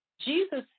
Jesus